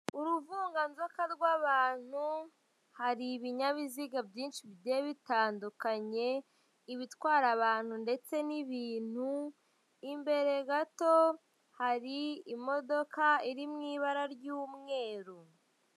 Uruvunganzoka rw'abantu, hari ibinyabiziga byinshi bigiye bitandukanye, ibitwara abantu ndetse n'ibintu, imbere gato hari imodoka irimo ibara ry'umweru.